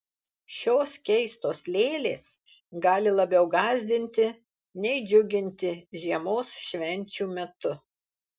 šios keistos lėlės gali labiau gąsdinti nei džiuginti žiemos švenčių metu